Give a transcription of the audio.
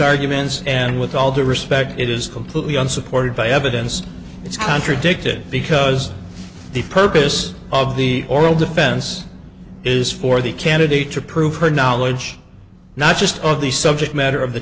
arguments and with all due respect it is completely unsupported by evidence it's contradicted because the purpose of the oral defense is for the candidate to prove her knowledge not just of the subject matter of the